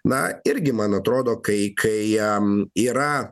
na irgi man atrodo kai kai yra